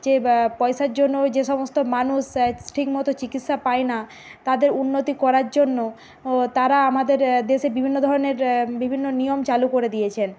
যে বা পয়সার জন্য ওই যে সমস্ত মানুষ ঠিকমতো চিকিৎসা পায় না তাদের উন্নতি করার জন্য ও তারা আমাদের দেশের বিভিন্ন ধরনের বিভিন্ন নিয়ম চালু করে দিয়েছেন